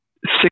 six